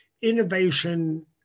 innovation